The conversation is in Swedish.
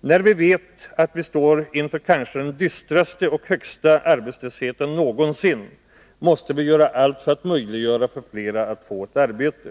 När vi vet att vi står inför den kanske högsta arbetslösheten någonsin måste vi göra allt för att möjliggöra för fler att få ett arbete.